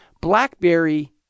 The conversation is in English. BlackBerry